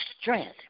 strength